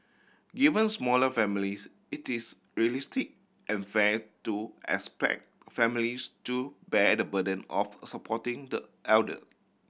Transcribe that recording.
given smaller families it is realistic and fair to expect families to bear the burden of supporting the elder